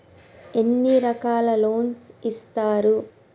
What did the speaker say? ఎన్ని రకాల లోన్స్ ఇస్తరు?